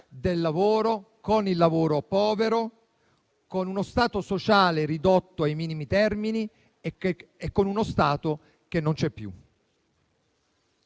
del lavoro, con il lavoro povero, con uno Stato sociale ridotto ai minimi termini e con uno Stato che non c'è più.